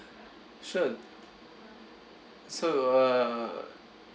sure so uh